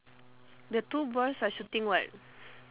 the two boys are shooting what